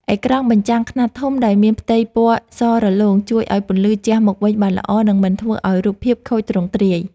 អេក្រង់បញ្ចាំង ខ្នាតធំដែលមានផ្ទៃពណ៌សរលោង ជួយឱ្យពន្លឺជះមកវិញបានល្អ និងមិនធ្វើឱ្យរូបភាពខូចទ្រង់ទ្រាយ។